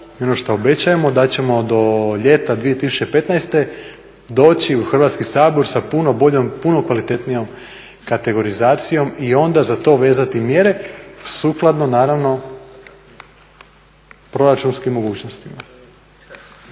i ono šta obećajemo da ćemo do ljeta 2015. doći u Hrvatski sabor sa puno boljom, puno kvalitetnijom kategorizacijom i onda za to vezati mjere sukladno naravno proračunskim mogućnostima.